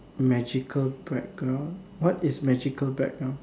magical background what is magical background